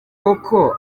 koko